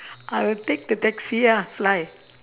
I will take the taxi ah fly